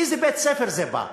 מאיזה בית-ספר זה בא?